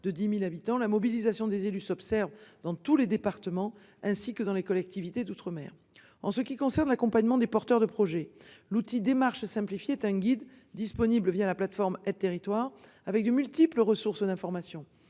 de 10.000 habitants, la mobilisation des élus s'observe dans tous les départements ainsi que dans les collectivités d'outre-mer en ce qui concerne l'accompagnement des porteurs de projets. L'outil démarches simplifiées un guide disponible via la plateforme et territoires avec de multiples ressources d'information